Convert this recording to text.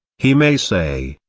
he may say,